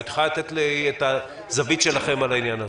אם את יכולה לתת את הזווית שלכם על העניין הזה.